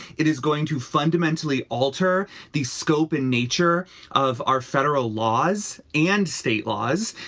it is going to fundamentally alter the scope and nature of our federal laws and state laws.